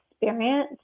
experience